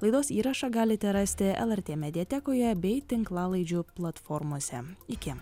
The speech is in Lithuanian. laidos įrašą galite rasti lrt mediatekoje bei tinklalaidžių platformose iki